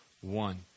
one